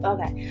Okay